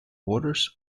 borders